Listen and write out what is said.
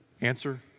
Answer